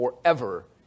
forever